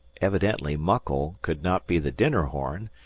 evidently muckle could not be the dinner-horn,